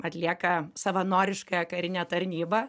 atlieka savanoriškąją karinę tarnybą